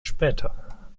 später